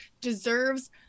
deserves